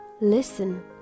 Listen